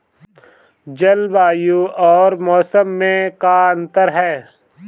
जलवायु अउर मौसम में का अंतर ह?